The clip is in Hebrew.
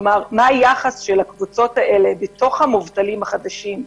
כלומר מה היחס של הקבוצות האלה בתוך המובטלים החדשים,